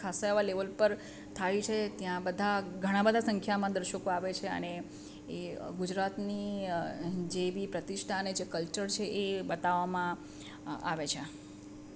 ખાસ્સા એવા લેવલ પર થાય છે ત્યાં બધા ઘણા બધા સંખ્યામાં દર્શકો આવે છે અને એ ગુજરાતની જે બી પ્રતિષ્ઠા અને જે કલ્ચર છે એ બતાવામાં આવે છે